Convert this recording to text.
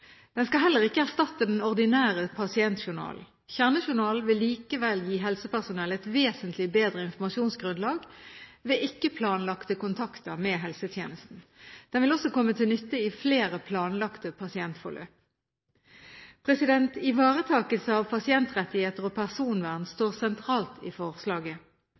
Den skal heller ikke erstatte den ordinære pasientjournalen. Kjernejournalen vil likevel gi helsepersonell et vesentlig bedre informasjonsgrunnlag ved ikke-planlagte kontakter med helsetjenesten. Den vil også komme til nytte i flere planlagte pasientforløp. Ivaretakelse av pasientrettigheter og personvern står sentralt i forslaget.